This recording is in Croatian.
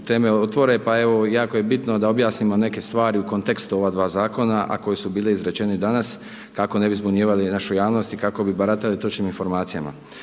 teme otvore. Pa evo jako je bitno da objasnimo neke stvari u kontekstu ova dva zakona a koje su bile izrečeni danas kako ne bi zbunjivali našu javnost i kako bi baratali točnim informacijama.